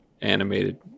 animated